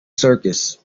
circus